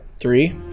three